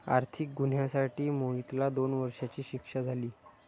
आर्थिक गुन्ह्यासाठी मोहितला दोन वर्षांची शिक्षा झाली